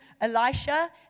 Elisha